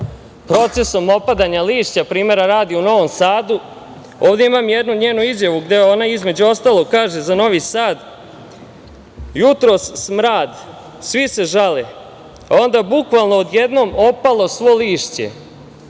procesom opadanja lišća, primera radi, u Novom Sadu. Ovde imam jednu njenu izjavu gde ona između ostalog kaže za Novi Sad – jutros smrad, svi se žale, onda bukvalno odjednom opalo svo lišće,